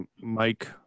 Mike